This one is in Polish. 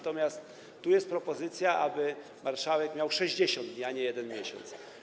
Tu jest propozycja, aby marszałek miał 60 dni, a nie 1 miesiąc.